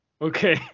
Okay